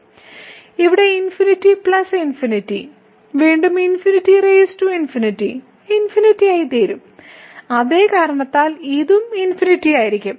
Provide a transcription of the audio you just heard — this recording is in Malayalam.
വീണ്ടും ഇവിടെ ∞∞ വീണ്ടും ∞∞∞ ആയിത്തീരും അതേ കാരണത്താൽ ഇതും ∞ ആയിരിക്കും